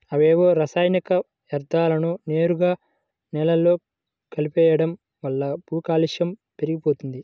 అవేవో రసాయనిక యర్థాలను నేరుగా నేలలో కలిపెయ్యడం వల్ల భూకాలుష్యం పెరిగిపోతంది